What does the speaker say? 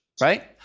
right